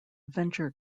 venture